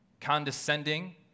condescending